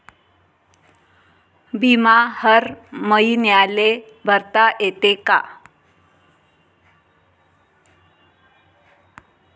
बिमा हर मईन्याले भरता येते का?